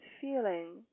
feeling